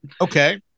Okay